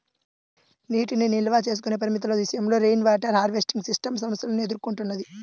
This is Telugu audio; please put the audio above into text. నీటిని నిల్వ చేసుకునే పరిమితుల విషయంలో రెయిన్వాటర్ హార్వెస్టింగ్ సిస్టమ్ సమస్యలను ఎదుర్కొంటున్నది